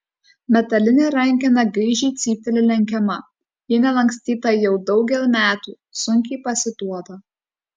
metalinė rankena gaižiai cypteli lenkiama ji nelankstyta jau daugel metų sunkiai pasiduoda